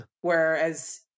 whereas